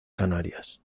canarias